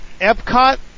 Epcot